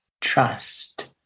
trust